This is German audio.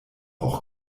auch